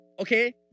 okay